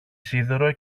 σίδερο